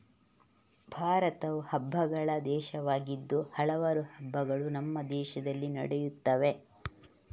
ಭಾರತವು ಹಬ್ಬಗಳ ದೇಶವಾಗಿದ್ದು ಹಲವಾರು ಹಬ್ಬಗಳು ನಮ್ಮ ದೇಶದಲ್ಲಿ ನಡೆಯುತ್ತವೆ